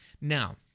Now